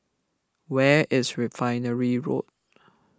where is Refinery Road